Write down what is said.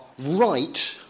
Right